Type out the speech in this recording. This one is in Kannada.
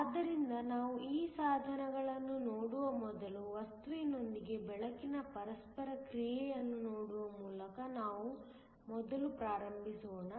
ಆದ್ದರಿಂದ ನಾವು ಈ ಸಾಧನಗಳನ್ನು ನೋಡುವ ಮೊದಲು ವಸ್ತುವಿನೊಂದಿಗೆ ಬೆಳಕಿನ ಪರಸ್ಪರ ಕ್ರಿಯೆಯನ್ನು ನೋಡುವ ಮೂಲಕ ನಾವು ಮೊದಲು ಪ್ರಾರಂಭಿಸೋಣ